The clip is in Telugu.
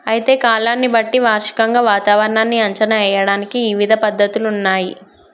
అయితే కాలాన్ని బట్టి వార్షికంగా వాతావరణాన్ని అంచనా ఏయడానికి ఇవిధ పద్ధతులున్నయ్యి